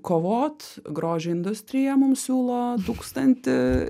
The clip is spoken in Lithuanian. kovot grožio industrija mum siūlo tūkstantį